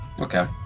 Okay